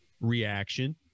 reaction